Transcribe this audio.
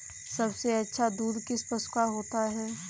सबसे अच्छा दूध किस पशु का होता है?